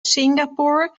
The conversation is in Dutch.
singapore